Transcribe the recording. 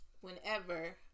whenever